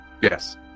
Yes